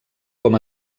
com